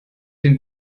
den